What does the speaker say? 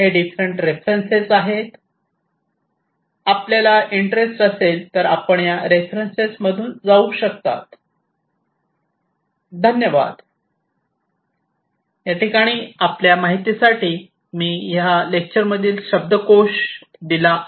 हे different references आहेत आपल्याला इंटरेस्ट असेल तर आपण या रेफरन्सेस मधून जाऊ शकता